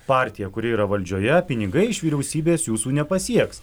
partiją kuri yra valdžioje pinigai iš vyriausybės jūsų nepasieks